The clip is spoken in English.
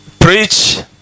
preach